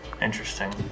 interesting